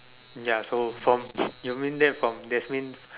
ya so from you mean that from that's mean